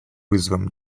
вызовом